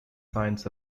signs